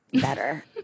better